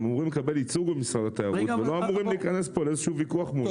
הם אמורים לקבל ייצוג ממשרד התיירות ולא אמורים להיכנס פה לוויכוח מולם.